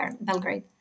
Belgrade